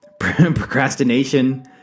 procrastination